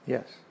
Yes